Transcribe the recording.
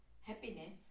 happiness